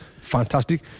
fantastic